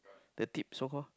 the tips so called